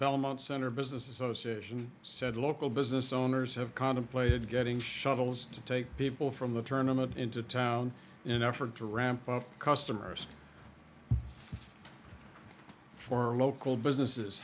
belmont center business association said local business owners have contemplated getting shuttles to take people from the tournament into town in an effort to ramp up customers for local businesses